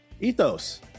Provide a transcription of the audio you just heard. ethos